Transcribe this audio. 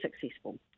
successful